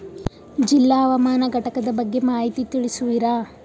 ಜಿಲ್ಲಾ ಹವಾಮಾನ ಘಟಕದ ಬಗ್ಗೆ ಮಾಹಿತಿ ತಿಳಿಸುವಿರಾ?